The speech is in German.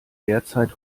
derzeit